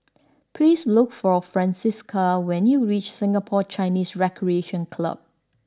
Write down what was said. please look for Francisca when you reach Singapore Chinese Recreation Club